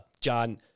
John